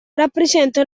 rappresenta